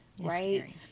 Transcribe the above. right